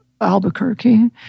Albuquerque